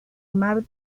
mar